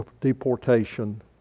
deportation